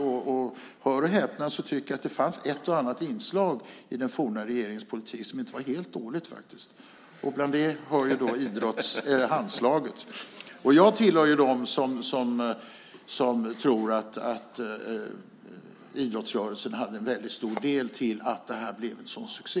Och hör och häpna! Jag tycker att det fanns ett och annat inslag i den forna regeringens politik som faktiskt inte var helt dåligt. Dit hör Handslaget, och jag tillhör dem som tror att idrottsrörelsen hade en väldigt stor del i att det blev en sådan succé.